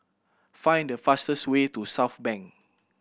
find the fastest way to Southbank